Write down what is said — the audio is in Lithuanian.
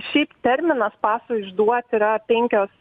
šiaip terminas pasui išduot yra penkios